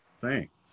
Thanks